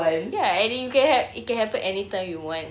ya and then you can ha~ it can happen anytime you want